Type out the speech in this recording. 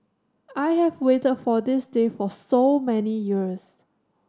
I have waited for this day for so many years